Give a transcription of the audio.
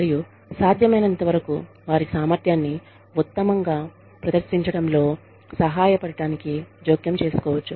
మరియు సాధ్యమైనంతవరకు వారి సామర్థ్యాన్ని ఉత్తమంగా ప్రదర్శించడంలో సహాయపడటానికి జోక్యం చేసుకోవచ్చు